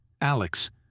Alex